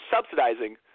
subsidizing